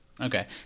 Okay